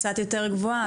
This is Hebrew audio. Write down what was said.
קצת יותר גבוהה,